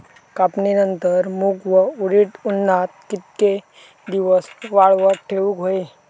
कापणीनंतर मूग व उडीद उन्हात कितके दिवस वाळवत ठेवूक व्हये?